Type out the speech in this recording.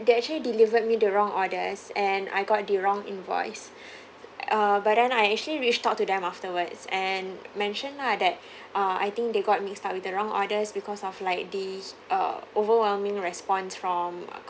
they actually delivered me the wrong orders and I got the wrong invoice uh but then I actually reached out to them afterwards and mention lah that uh I think they got mixed with the wrong orders because of like the uh overwhelming response from